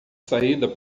saída